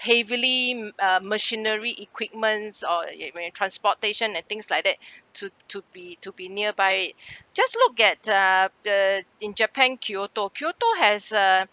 heavily uh machinery equipments or where it transportation and things like that to to be to be nearby just look at the uh in japan kyoto kyoto has a